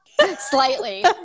slightly